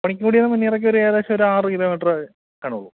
പണിക്കും കുടീന്ന് മുനിയറക്ക് ഒരു ഏകദേശം ഒരു ആറ് കിലോമീറ്ററക്കെ കാണുവുള്ളൂ